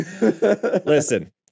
listen